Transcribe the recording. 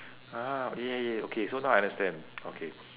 ah ya ya ya okay so now I understand okay